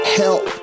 help